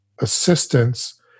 assistance